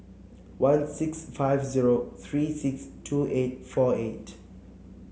one six five zero three six two eight four eight